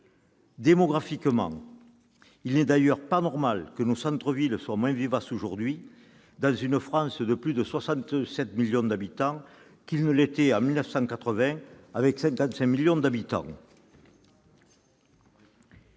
Démographiquement, il n'est d'ailleurs pas normal que nos centres-villes soient moins vivaces aujourd'hui, dans une France de plus de 67 millions d'habitants, qu'ils ne l'étaient en 1980 avec 55 millions d'habitants.